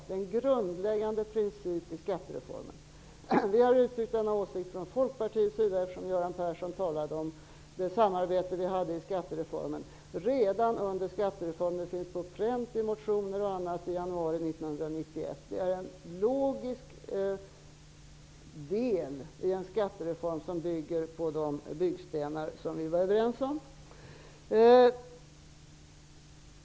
Det är en grundläggande princip i skattereformen. Göran Persson talade om det samarbete vi hade kring skattereformen. Jag vill då påpeka att vi från Folkpartiets sida uttryckte denna åsikt redan under samarbetet kring skattereformen. Den finns på pränt bl.a. i motioner från januari 1991. Det är en logisk del i en skattereform som bygger på de byggstenar som vi var överens om.